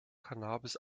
cannabis